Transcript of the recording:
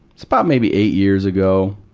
about maybe eight years ago,